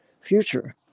future